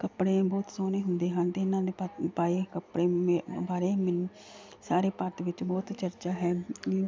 ਕੱਪੜੇ ਬਹੁਤ ਸੋਹਣੇ ਹੁੰਦੇ ਹਨ ਅਤੇ ਇਹਨਾਂ ਦੇ ਪ ਪਾਏ ਕੱਪੜੇ ਬਾਰੇ ਮੈਨ ਸਾਰੇ ਭਾਰਤ ਵਿੱਚ ਬਹੁਤ ਚਰਚਾ ਹੈ